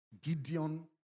Gideon